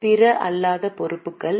பிற அல்லாத பொறுப்புகள் என்